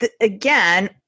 again